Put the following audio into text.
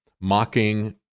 mocking